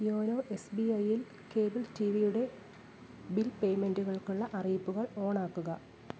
YONO S B I യിൽ cable T V യുടെ bill പേയ്മെൻറ്റുകൾക്കുള്ള അറിയിപ്പുകൾ ഓണ് ആക്കുക